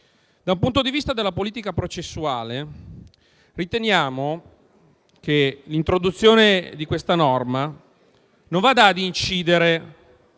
Da un punto di vista di politica processuale riteniamo che l'introduzione di questa norma non vada a incidere